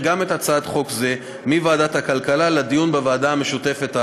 גם את הצעת החוק הזאת מוועדת הכלכלה לדיון בוועדה המשותפת האמורה.